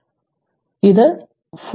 അതിനാൽ ഇത് 40 power t 2